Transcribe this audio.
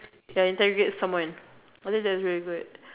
when interrogate someone I think that is really very good